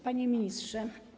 Panie Ministrze!